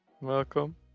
Welcome